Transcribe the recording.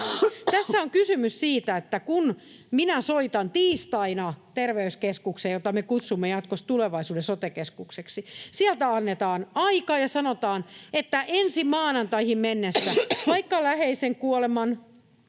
Tässä on kysymys siitä, että kun minä soitan tiistaina terveyskeskukseen — jota me kutsumme jatkossa tulevaisuuden sote-keskukseksi — sieltä annetaan aika ja sanotaan, että ensi maanantaihin mennessä vaikka läheisen kuoleman